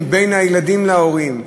הקשיים בין הילדים להורים,